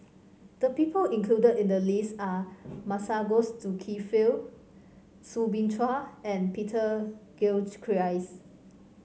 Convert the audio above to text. the people included in the list are Masagos Zulkifli Soo Bin Chua and Peter Gilchrist